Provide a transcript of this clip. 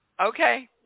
Okay